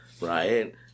right